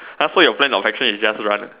!huh! so your plan was actually is just run